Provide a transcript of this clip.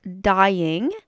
dying